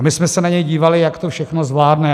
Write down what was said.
A my jsme se na něj dívali, jak to všechno zvládne.